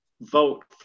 vote